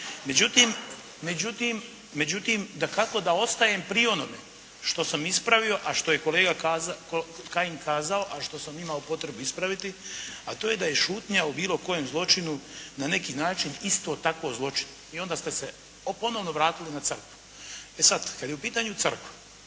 Međutim, dakako da ostajem pri onome što sam ispravio a što je kolega Kajin kazao, a što sam imao potrebu ispraviti, a to je da je šutnja o bilo kojem zločinu na neki način isto tako zločin. I onda ste se ponovno vratili na crkvu. Kad je u pitanju crkva